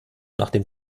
nachdem